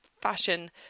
Fashion